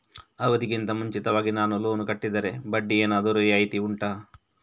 ಅವಧಿ ಗಿಂತ ಮುಂಚಿತವಾಗಿ ನಾನು ಲೋನ್ ಕಟ್ಟಿದರೆ ಬಡ್ಡಿ ಏನಾದರೂ ರಿಯಾಯಿತಿ ಉಂಟಾ